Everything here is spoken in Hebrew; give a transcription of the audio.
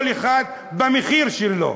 כל אחד במחיר שלו,